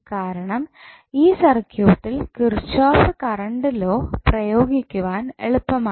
കാരണം ഈ സർക്യൂട്ടിൽ കിർച്ചോഫ് കറണ്ട് ലോ പ്രയോഗിക്കുവാൻ എളുപ്പമാണ്